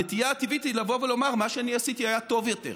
הנטייה הטבעית היא לבוא ולומר: מה שאני עשיתי היה טוב יותר,